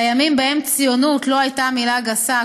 לימים שבהם ציונות לא הייתה מילה גסה,